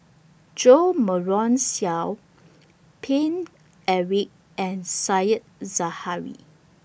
Jo Marion Seow Paine Eric and Said Zahari